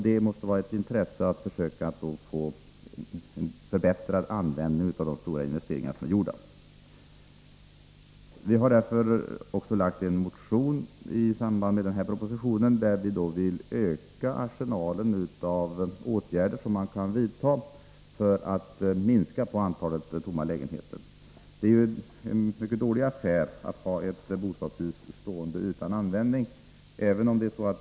Det måste vara ett intresse att försöka få till stånd ett förbättrat utnyttjande av de investeringar som är gjorda. Vi har därför också väckt en motion i anslutning till propositionen, i vilken vi föreslår att man skall öka arsenalen av åtgärder som kan vidtas för att minska antalet tomma lägenheter. Det är ju en mycket dålig affär att ha ett bostadshus stående utan användning.